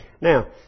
Now